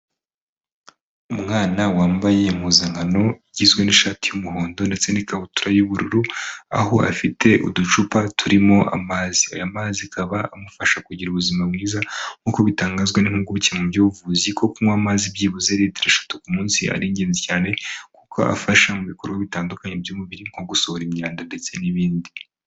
Umwana wambaye impuzankano igizwe n'ishati y'umuhondo ndetse n'ikabutura y'ubururu, aho afite uducupa turimo amazi. Aya mazi akaba amufasha kugira ubuzima bwiza, nk'uko bitangazwa n'impuguke mu by'ubuvuzi ko kunywa amazi byibuze litiro eshatu ku munsi ari ingenzi cyane, kuko afasha mu bikorwa bitandukanye by'umubiri, nko gusohora imyanda ndetse n'ibindi.